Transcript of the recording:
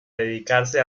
dedicarse